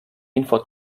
infot